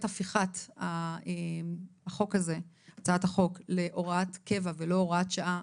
הפיכת הצעת החוק הזו להוראת קבע ולא להוראת שעה,